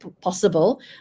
possible